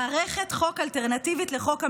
מערכת חוק אלטרנטיבית לחוק המדינה,